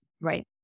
Right